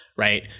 right